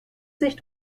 sich